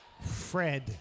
Fred